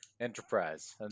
enterprise